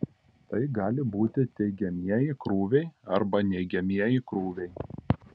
tai gali būti teigiamieji krūviai arba neigiamieji krūviai